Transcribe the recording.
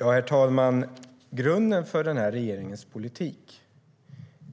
Herr talman! Grunden för den här regeringens politik